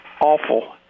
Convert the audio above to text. awful